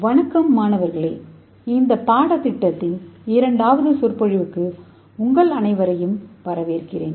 வணக்கம் மாணவர்களே இந்த பாடத்தின் இரண்டாவது சொற்பொழிவுக்கு உங்கள் அனைவரையும் வரவேற்கிறேன்